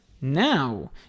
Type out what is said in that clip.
now